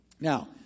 Now